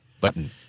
Button